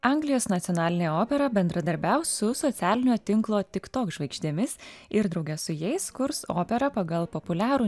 anglijos nacionalinė opera bendradarbiaus su socialinio tinklo tik tok žvaigždėmis ir drauge su jais kurs operą pagal populiarų